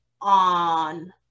on